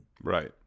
Right